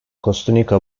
kostunica